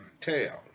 tails